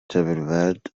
بالبرد